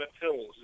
Pills